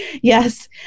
Yes